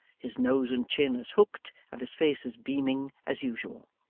his nose and chin as hooked and his face as beaming as usual.